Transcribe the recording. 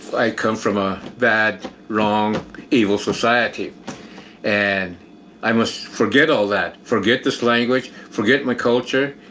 i come from a bad wrong evil society and i must forget all that. forget this language, forget my culture,